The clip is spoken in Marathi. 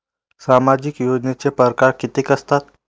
सामाजिक योजनेचे परकार कितीक असतात?